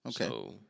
Okay